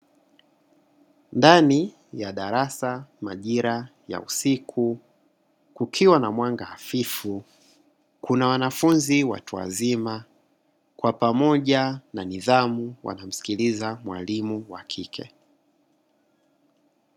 Ndani ya darasa majira ya usiku kukiwa na mwanga hafifu, kuna wanafunzi watu wazima, kwa pamoja na nidhamu wanamsikiliza mwalimu wa kike.